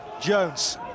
Jones